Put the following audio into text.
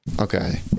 Okay